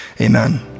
Amen